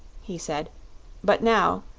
he said but now,